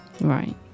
Right